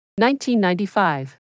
1995